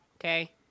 Okay